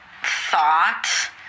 thought